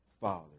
father